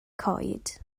coed